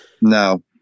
No